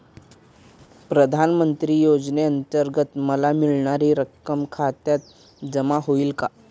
प्रधानमंत्री योजनेअंतर्गत मला मिळणारी रक्कम खात्यात जमा होईल का?